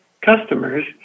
customers